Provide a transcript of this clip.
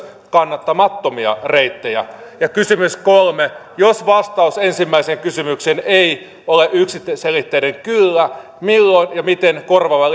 kannattamattomia reittejä ja kysymys kolme jos vastaus ensimmäiseen kysymykseen ei ole yksiselitteinen kyllä milloin ja miten korvaava